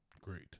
Great